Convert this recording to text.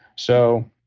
so,